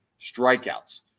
Strikeouts